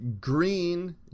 Green